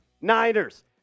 Niners